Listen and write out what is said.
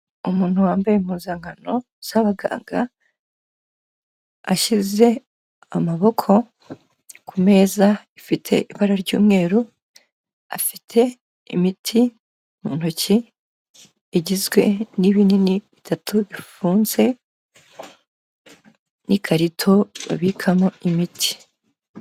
Umuntu wambaye impuzankano z'abaganga, ashyize amaboko ku meza ifite ibara ry'umweru, afite imiti mu ntoki igizwe n'ibinini bitatu bifunze n'ikarito babikamo imiti.